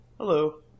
Hello